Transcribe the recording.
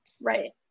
Right